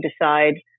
decide